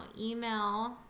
email